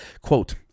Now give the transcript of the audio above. Quote